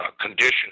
conditions